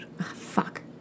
Fuck